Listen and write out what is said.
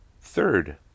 Third